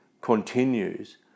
continues